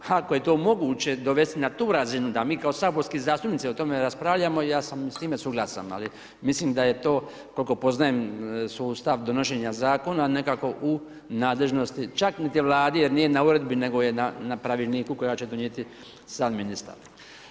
A ako je to moguće dovesti na tu razinu da mi kao saborski zastupnici o tome raspravljamo ja sam s time suglasan, ali mislim da je to koliko poznajem sustav donošenja zakona nekako u nadležnosti čak niti Vladi jer nije na uredbi nego je na pravilniku kojega će donijeti sam ministar.